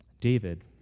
David